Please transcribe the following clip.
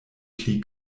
pli